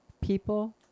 people